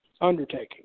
undertaking